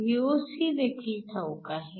Voc देखील ठाऊक आहे